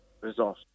result